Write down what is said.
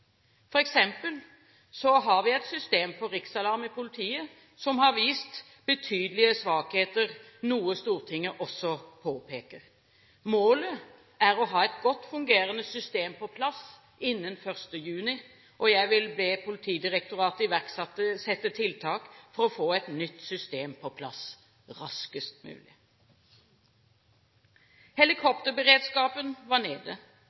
har vi et system for riksalarm i politiet, som har vist betydelige svakheter, noe Stortinget også påpeker. Målet er å ha et godt fungerende system på plass innen 1. juni, og jeg vil be Politidirektoratet iversette tiltak for å få et nytt system på plass raskest mulig. Helikopterberedskapen var nede.